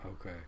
okay